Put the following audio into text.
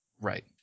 Right